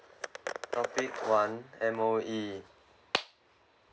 topic one M_O_E